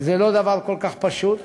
זה לא דבר כל כך פשוט.